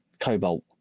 cobalt